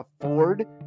afford